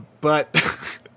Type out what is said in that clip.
But-